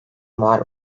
var